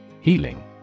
Healing